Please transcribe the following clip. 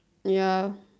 ya